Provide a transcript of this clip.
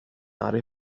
aree